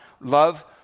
love